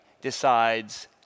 decides